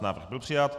Návrh byl přijat.